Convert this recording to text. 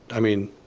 i mean,